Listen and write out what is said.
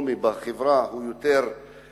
הסוציו-אקונומי בחברה הוא יותר נמוך,